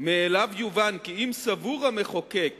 "מאליו יובן, כי אם סבור המחוקק